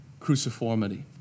cruciformity